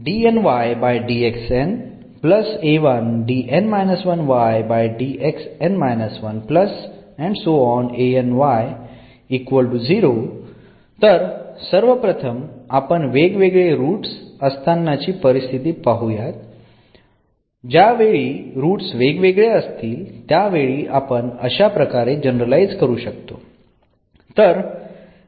तर सर्वप्रथम आपण वेगवेगळे रूट्स असतानाची परिस्थिती पाहूयात ज्या वेळी रुट्स वेगवेगळे असतील त्या वेळी आपण अशाप्रकारे जनरलाइज करू शकतो